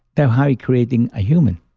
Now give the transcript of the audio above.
that how we creating a human